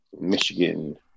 Michigan